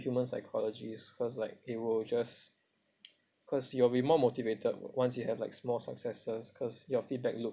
human psychologies cause like it will just cause you'll be more motivated once you have like small successes cause your feedback loop